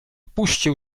puścił